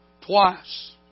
twice